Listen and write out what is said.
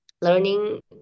learning